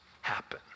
happen